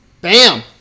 Bam